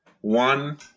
one